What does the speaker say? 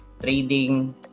trading